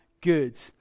good